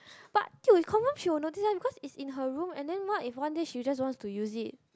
but to confirm she was notice like because it's in her room and then what if wonder she just want to use it